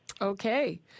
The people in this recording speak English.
Okay